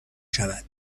شود